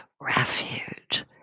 refuge